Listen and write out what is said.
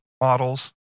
models